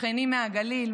שכני מהגליל,